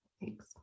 Thanks